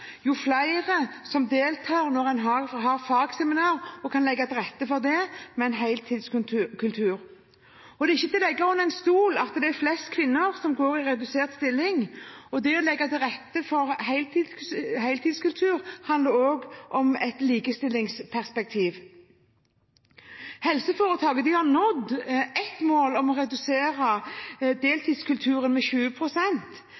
En heltidskultur legger til rette for at flere deltar når man har fagseminar. Det er ikke til å stikke under stol at det er flest kvinner som går i redusert stilling. Det å legge til rette for heltidskultur, handler også om et likestillingsperspektiv. Helseforetaket har nådd ett mål – å redusere